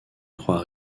trois